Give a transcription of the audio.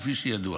כפי שידוע.